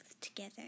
together